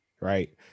right